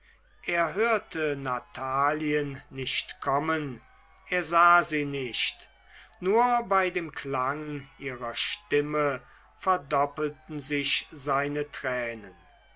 er hörte natalien nicht kommen er sah sie nicht nur bei dem klang ihrer stimme verdoppelten sich seine tränen